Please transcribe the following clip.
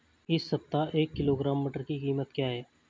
इस सप्ताह एक किलोग्राम मटर की कीमत क्या है?